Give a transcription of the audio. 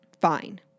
fine